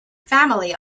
family